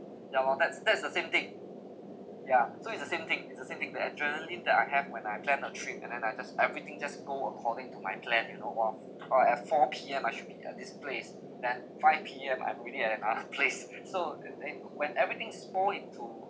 ya lor that's that's the same thing ya so it's the same thing it's the same thing the adrenaline that I have when I plan a trip and then I just everything just go according to my plan you know while I've while at four P_M I should be at this place then five P_M I'm already at another place so and then when everything is fall into